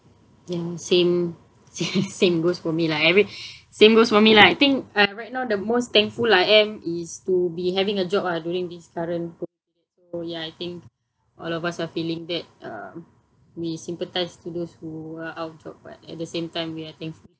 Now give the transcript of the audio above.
ya same same go for me lah every same goes for me lah I think uh right now the most thankful I am is to be having a job ah during this current co~ so ya I think all of us are feeling that um we sympathise to those who are out of job but at the same time we are thankful